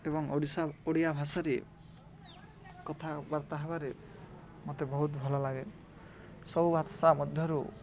ଏବଂ ଓଡ଼ିଶା ଓଡ଼ିଆ ଭାଷାରେ କଥାବାର୍ତ୍ତା ହେବାରେ ମତେ ବହୁତ ଭଲ ଲାଗେ ସବୁ ଭାଷା ମଧ୍ୟରୁ